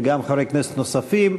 ופנו גם חברי כנסת נוספים.